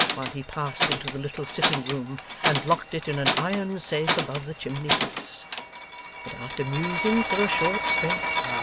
while he passed into the little sitting-room and locked it in an iron safe above the chimney-piece and after musing for a short space,